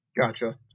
Gotcha